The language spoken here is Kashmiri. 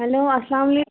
ہٮ۪لو السلام علَے